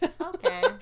Okay